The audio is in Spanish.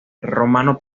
romano